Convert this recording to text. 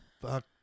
fuck